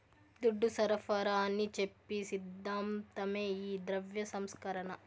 దుడ్డు సరఫరాని చెప్పి సిద్ధాంతమే ఈ ద్రవ్య సంస్కరణ